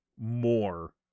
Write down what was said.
more